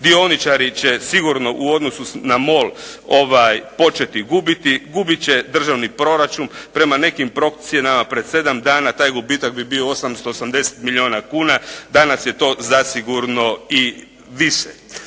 dioničari će sigurno u odnosu na MOL početi gubiti, gubit će državni proračun. Prema nekim procjenama prije sedam dana taj gubitak bi bio 880 milijuna kuna, danas je to zasigurno i više.